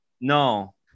No